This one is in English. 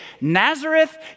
Nazareth